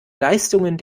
leistungen